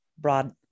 broad